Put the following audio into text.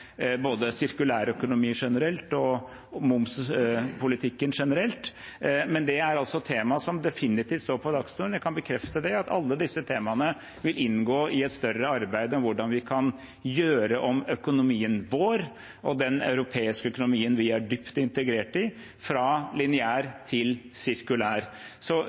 både sirkulærøkonomien generelt og momspolitikken generelt. Det er altså temaer som definitivt står på dagsordenen. Jeg kan bekrefte at alle disse temaene vil inngå i et større arbeid om hvordan vi kan gjøre om økonomien vår og den europeiske økonomien vi er dypt integrert i, fra lineær til sirkulær.